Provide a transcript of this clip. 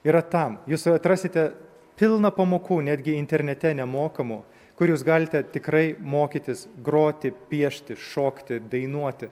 yra tam jūs atrasite pilną pamokų netgi internete nemokamų kur jūs galite tikrai mokytis groti piešti šokti dainuoti